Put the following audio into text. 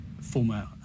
former